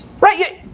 right